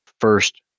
first